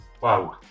wow